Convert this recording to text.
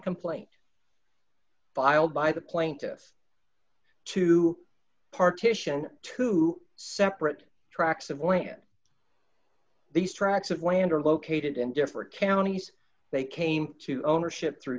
complaint filed by the plaintiffs to partition two separate tracks of land these tracts of land are located in different counties they came to ownership through